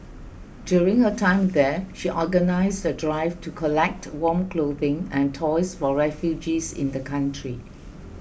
during her time there she organized the drive to collect warm clothing and toys for refugees in the country